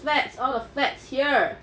fats all the fats here